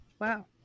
wow